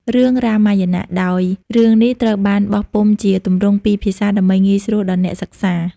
រឿង រ៉ាម៉ាយណៈ ដោយរឿងនេះត្រូវបានបោះពុម្ពជាទម្រង់ពីរភាសាដើម្បីងាយស្រួលដល់អ្នកសិក្សា។